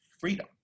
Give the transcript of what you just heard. freedom